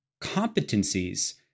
competencies